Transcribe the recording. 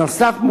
נוסף על כך,